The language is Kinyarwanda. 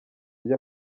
byo